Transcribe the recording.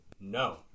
No